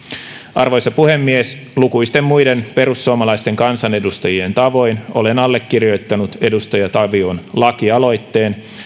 arvoisa puhemies lukuisten muiden perussuomalaisten kansanedustajien tavoin olen allekirjoittanut edustaja tavion lakialoitteen